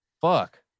Fuck